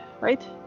Right